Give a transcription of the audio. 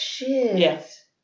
yes